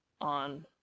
on